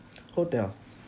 hotel